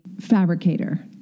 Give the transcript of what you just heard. fabricator